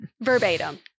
Verbatim